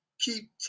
keep